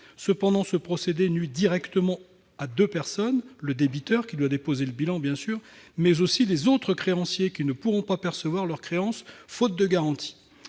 Cependant, ce procédé nuit directement à deux personnes : le débiteur, qui doit déposer le bilan, et les autres créanciers, qui ne pourront pas percevoir leur créance faute de garanties.